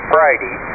Friday